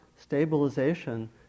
stabilization